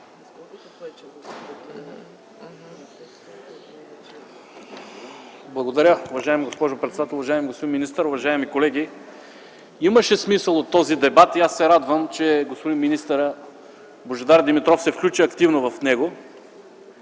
Благодаря, уважаема госпожо председател. Уважаеми господин министър, уважаеми колеги! Имаше смисъл от този дебат и аз се радвам, че господин министърът Божидар Димитров се включи активно в него,